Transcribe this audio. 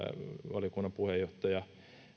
valiokunnan puheenjohtaja